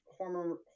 Hormone